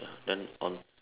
ya then on